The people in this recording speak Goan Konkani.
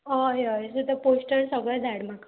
हय हय सो तें पोस्टर सगळें धाड म्हाका